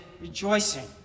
rejoicing